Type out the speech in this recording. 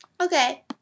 okay